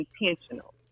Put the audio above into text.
intentional